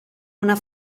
una